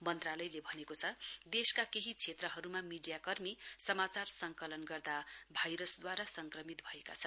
मन्त्रालयले भनेको छ देशका केही क्षेत्रहरूमा मीडिया कर्मी समाचार संकलन गर्दा भाइरसद्वारा संक्रमित भएका छन्